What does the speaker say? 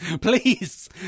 please